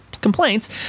complaints